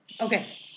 Okay